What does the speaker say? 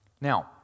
Now